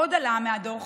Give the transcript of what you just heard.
עוד עלה מהדוח